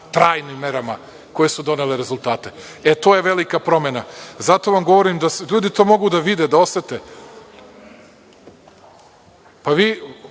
trajnim merama koje su dale rezultate. E to je velika promena. Zato vam govorim, ljudi to mogu da vide, da osete. Da su